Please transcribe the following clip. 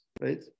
right